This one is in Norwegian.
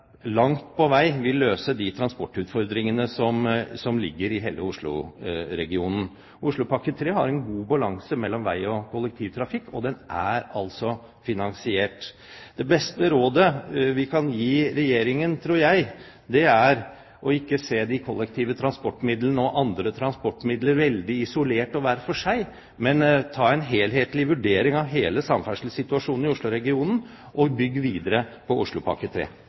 langt på vei vil løse de transportutfordringene som ligger i hele Oslo-regionen. Oslopakke 3 har en god balanse mellom vei og kollektivtrafikk, og den er altså finansiert. Det beste rådet vi kan gi Regjeringen, tror jeg, er å ikke se de kollektive transportmidlene og andre transportmidler veldig isolert og hver for seg, men ta en helhetlig vurdering av hele samferdselssituasjonen i Oslo-regionen og bygge videre på Oslopakke